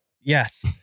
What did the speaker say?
Yes